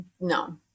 no